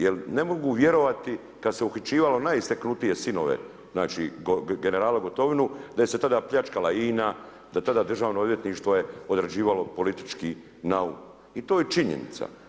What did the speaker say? Jer ne mogu vjerovati kad se uhićivalo najisknutije sinove, znači generala Gotovinu, da se tada pljačkala INA, da tada državno odvjetništvo je odrađivalo politički nauk i to je činjenica.